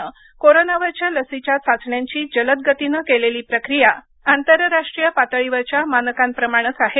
नं कोरोनावरच्या लसीच्या चाचण्यांची जलद गतीनं केलेली प्रक्रिया आंतरराष्ट्रीय पातळीवरच्या मानकांप्रमाणं आहे